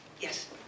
Yes